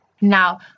Now